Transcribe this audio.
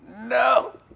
No